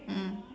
mm